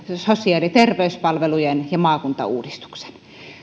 sosiaali ja terveyspalvelujen uudistuksen ja maakuntauudistuksen